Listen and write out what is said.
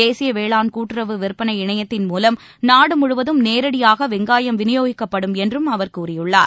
தேசிய வேளாண் கூட்டுறவு விற்பனை இணையத்தின் மூவம் நாடுமுழுவதும் நேரடியாக வெங்காயம் வினியோகிக்கப்படும் என்றும் அவர் கூறியுள்ளார்